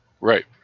Right